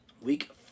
Week